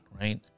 right